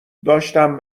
داشتم